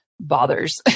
bothers